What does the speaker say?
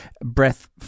breath